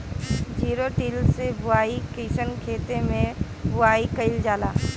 Zero till से बुआई कयिसन खेते मै बुआई कयिल जाला?